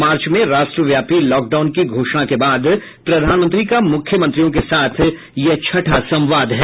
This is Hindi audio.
मार्च में राष्ट्रव्यापी लॉकडाउन की घोषणा के बाद प्रधानमंत्री का मुख्यमंत्रियों के साथ यह छठा संवाद है